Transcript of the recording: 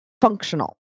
functional